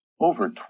over